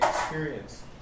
experience